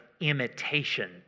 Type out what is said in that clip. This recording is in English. imitation